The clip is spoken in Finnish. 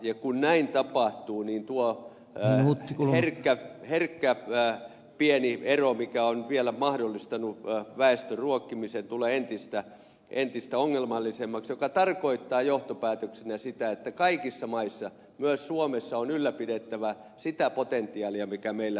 kun näin tapahtuu niin tuo herkkä pieni ero joka on vielä mahdollistanut väestön ruokkimisen tulee entistä ongelmallisemmaksi mikä tarkoittaa johtopäätöksenä sitä että kaikissa maissa myös suomessa on ylläpidettävä sitä potentiaalia mikä meillä maataloustuotannossa on olemassa